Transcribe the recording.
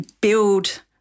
build